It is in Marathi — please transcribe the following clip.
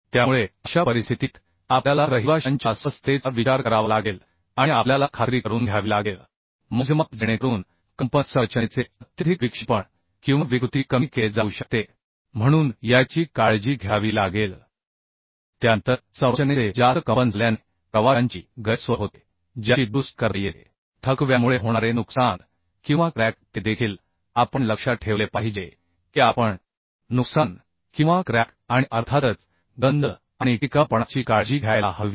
त्यामुळे अशा परिस्थितीत आपल्याला रहिवाशांच्या अस्वस्थतेचा विचार करावा लागेल आणि आपल्याला खात्री करून घ्यावी लागेल मोजमाप जेणेकरून कंपन संरचनेचे अत्यधिक विक्षेपण किंवा विकृती कमी केले जाऊ शकते म्हणून याची काळजी घ्यावी लागेल त्यानंतर संरचनेचे जास्त कंपन झाल्याने प्रवाशांची गैरसोय होते ज्याची दुरुस्ती करता येते थकव्यामुळे होणारे नुकसान किंवा क्रॅक ते देखील आपण लक्षात ठेवले पाहिजे की आपण नुकसान किंवा क्रॅक आणि अर्थातच गंज आणि टिकाऊपणाची काळजी घ्यायला हवी